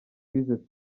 liliose